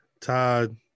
Todd